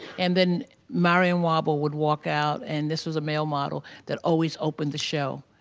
and then marian wobble would walk out and this was a male model that always opened the show.